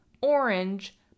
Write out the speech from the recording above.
orange